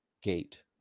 gate